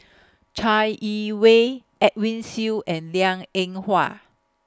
Chai Yee Wei Edwin Siew and Liang Eng Hwa